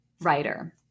writer